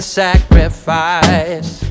sacrifice